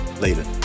Later